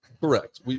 correct